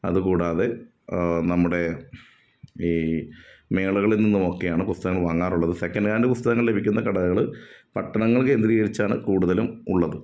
അതുകൂടാതെ നമ്മുടെ ഈ മേളകളിൽ നിന്നുമൊക്കെയാണ് പുസ്തകങ്ങൾ വാങ്ങാറുള്ളത് ഈ സെക്കൻഹാൻഡ് പുസ്തകങ്ങൾ ലഭിക്കുന്ന കടകൾ പട്ടണങ്ങൾ കേന്ദ്രീകരിച്ചാണ് കൂടുതലും ഉള്ളത്